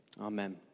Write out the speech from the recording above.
Amen